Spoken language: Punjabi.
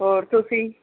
ਹੋਰ ਤੁਸੀਂ